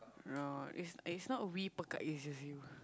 no is is not we pekat it's just you